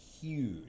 huge